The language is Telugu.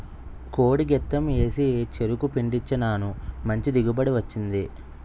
కోడి గెత్తెం ఏసి చెరుకు పండించినాను మంచి దిగుబడి వచ్చింది